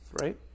Right